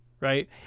right